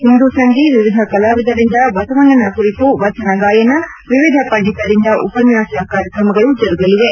ಇಂದು ಸಂಜೆ ವಿವಿಧ ಕಲಾವಿದರಿಂದ ಬಸವಣ್ಣನ ಕುರಿತು ವಚನ ಗಾಯನ ವಿವಿಧ ಪಂಡಿತರಿಂದ ಉಪನ್ಲಾಸ ಕಾರ್ಯಕ್ರಮಗಳು ಜರುಗಲಿವೆ